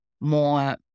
more